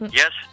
yes